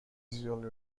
usually